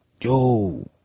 yo